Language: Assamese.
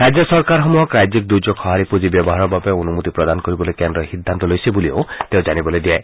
ৰাজ্য চৰকাৰসমূহক ৰাজ্যিক দূৰ্যেগ সহাৰি পুঁজি ব্যৱহাৰৰ বাবে অনুমতি প্ৰদান কৰিবলৈ কেন্দ্ৰই সিদ্ধান্ত লৈছে বুলিও তেওঁ জানিবলৈ দিয়ে